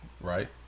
right